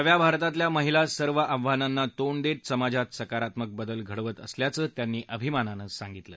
नवीन भारतातल्या महिला सर्व आव्हानांना तोंड देत समाजात सकारात्मक बदल घडवत असल्याचं त्यांनी अभिमानानं सांगितलं